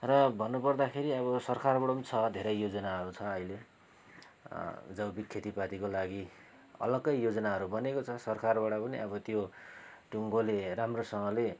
र भन्नु पर्दाखेरि अब सरकारबाट पनि छ धेरै योजनाहरू छ अहिले जैविक खेतीपातीको लागि अलग्गै योजनाहरू बनेको छ सरकारबाट पनि अब त्यो टुङ्गोले राम्रोसँगले